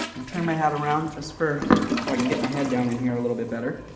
and turn my head around just for so i can get my head down in here a little bit better.